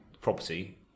property